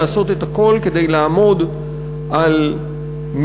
לעשות את הכול כדי לעמוד על מקומה,